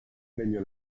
premio